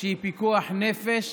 שהיא פיקוח נפש,